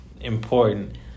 important